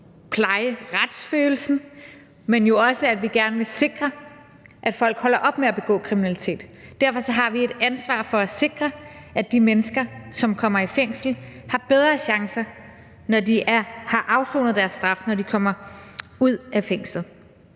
pleje retsfølelsen, men jo også, at vi gerne vil sikre, at folk holder op med at begå kriminalitet. Derfor har vi et ansvar for at sikre, at de mennesker, som kommer i fængsel, har bedre chancer, når de har afsonet deres straf og kommer ud af fængslet.